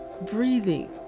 breathing